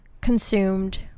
consumed